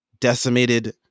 Decimated